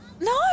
No